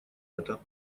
это